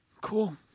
Cool